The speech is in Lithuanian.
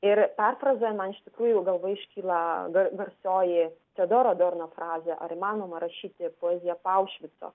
ir perfrazuojant man iš tikrųjų galvoj iškyla gar garsioji teodoro dorno frazė ar įmanoma rašyti poeziją po aušvico